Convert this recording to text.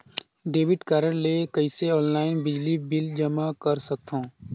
Debit card ले कइसे online बिजली बिल जमा कर सकथव?